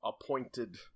appointed